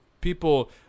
people